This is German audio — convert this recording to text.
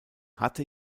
hatte